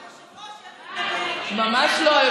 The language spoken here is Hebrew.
היושב-ראש יריב לוין, ממש לא.